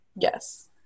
Yes